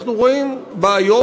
אנחנו רואים בעיות,